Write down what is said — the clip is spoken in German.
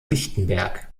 lichtenberg